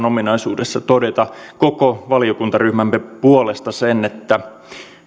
ominaisuudessa todeta koko valiokuntaryhmämme puolesta sen että